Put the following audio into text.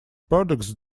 products